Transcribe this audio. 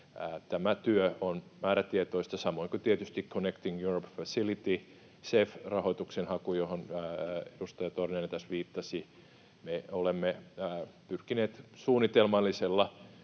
Tämä työ on määrätietoista, samoin kuin tietysti Connecting Europe Facility-, CEF-rahoituksen haku, johon edustaja Torniainen tässä viittasi. Me olemme pyrkineet suunnitelmallisella